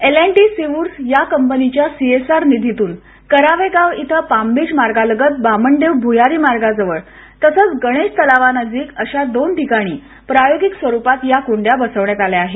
L and T Seawoods या कंपनीच्या CSR निधीतून करावेगांव इथं पामबीच मार्गालगत बामणदेव भूयारी मार्गाजवळ तसंच गणेश तलावानजिक अशा दोन ठिकाणी प्रायोगिक स्वरूपात या कुंड्या बसविण्यात आल्या आहेत